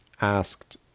asked